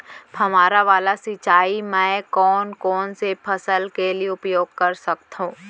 फवारा वाला सिंचाई मैं कोन कोन से फसल के लिए उपयोग कर सकथो?